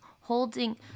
holding –